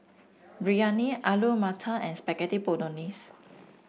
Biryani Alu Matar and Spaghetti Bolognese